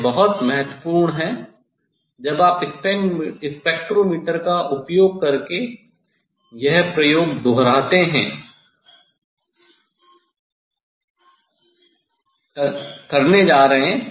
यह बहुत महत्वपूर्ण है जब आप स्पेक्ट्रोमीटर का उपयोग करके यह प्रयोग करने जा रहे हैं